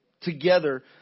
together